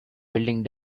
building